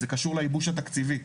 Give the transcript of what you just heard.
זה קשור לייבוש התקציבי.